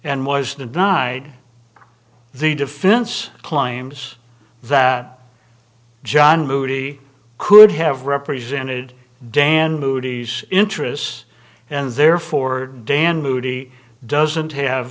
and was the night the defense claims that john moody could have represented dan moody's interests and therefore dan moody doesn't have